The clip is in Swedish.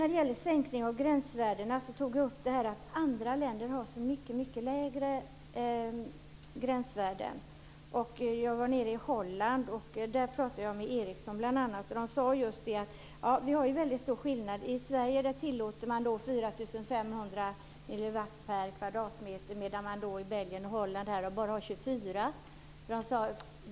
När det gäller sänkning av gränsvärden tog jag upp att andra länder har så mycket lägre gränsvärden. Jag var i Holland och pratade bl.a. med Ericsson. Man sade just att det var väldigt stor skillnad. I Sverige tillåter man 4 500 milliwatt per kvadratmeter medan man i Belgien och Holland bara tillåter 24.